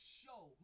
show